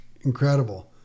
incredible